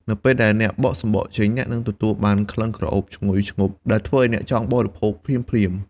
នៅពេលដែលអ្នកបកសម្បកចេញ អ្នកនឹងទទួលបានក្លិនក្រអូបឈ្ងុយឈ្ងប់ដែលធ្វើឱ្យអ្នកចង់បរិភោគភ្លាមៗ។